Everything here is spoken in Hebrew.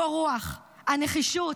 קור הרוח, הנחישות,